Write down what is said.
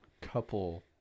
couple